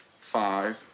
five